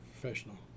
Professional